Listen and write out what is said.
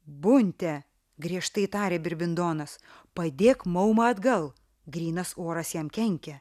bunte griežtai tarė birbindonas padėk maumą atgal grynas oras jam kenkia